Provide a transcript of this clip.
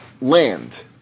land